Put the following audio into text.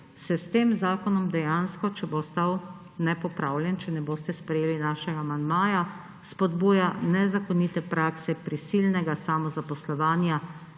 se s tem zakonom dejansko, če bo ostal nepopravljen, če ne boste sprejeli našega amandmaja, spodbuja nezakonite prakse prisilnega samozaposlovanja